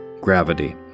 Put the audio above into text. gravity